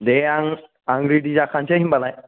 दे आं आं रिडि जाखासै होनबालाय